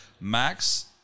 Max